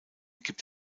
gibt